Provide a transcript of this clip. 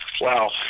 Wow